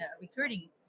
recruiting